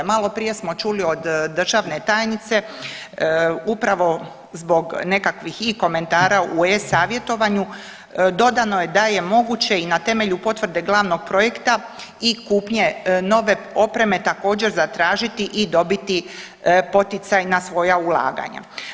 Maloprije smo čuli od državne tajnice upravo zbog nekakvih i komentara u e-savjetovanju dodano je da je moguće i na temelju potvrde glavnog projekta i kupnje nove opreme također zatražiti i dobiti poticaj na svoja ulaganja.